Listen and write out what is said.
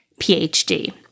PhD